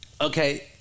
Okay